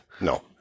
no